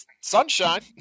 sunshine